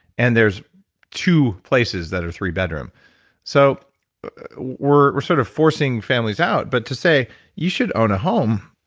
and there's two places that are three bedroom so we're we're sort of forcing families out, but to say you should own a home.